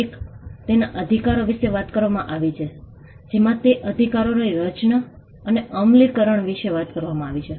એક તેના અધિકારો વિશે વાત કરવામાં આવી છે જેમાં તે અધિકારોની રચના અને તેના અમલીકરણ વિશે વાત કરવામાં આવી છે